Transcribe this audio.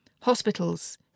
hospitals